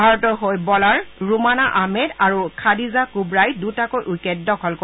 ভাৰতৰ হৈ বলাৰ ৰুমানা আহমেদ আৰু খাদিজা কুবৰাই দুটাকৈ উইকেট দখল কৰে